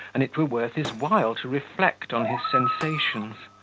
and it were worth his while to reflect on his sensations!